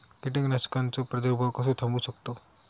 कीटकांचो प्रादुर्भाव कसो थांबवू शकतव?